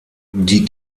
die